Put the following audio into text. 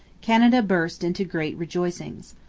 canada burst into great rejoicings.